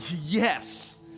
yes